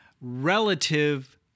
relative